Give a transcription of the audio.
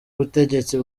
ubutegetsi